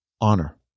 honor